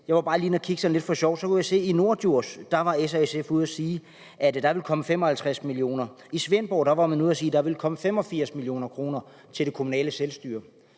jeg var bare lige lidt for sjov inde at kigge på det – kunne jeg se, at i Norddjurs var S og SF ude at sige, at der ville komme 55 mio. kr., i Svendborg var man ude at sige, at der ville komme 85 mio. kr. til det kommunale selvstyre.